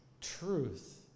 truth